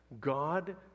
god